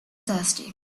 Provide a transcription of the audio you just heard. thirsty